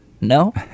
No